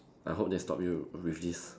I hope they stop you with this